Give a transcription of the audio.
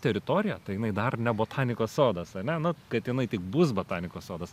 teritorija tai jinai dar ne botanikos sodas ane nu kad jinai tik bus botanikos sodas